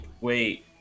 wait